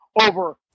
over